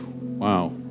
Wow